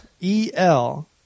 E-L